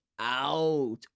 out